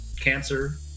cancer